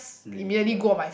later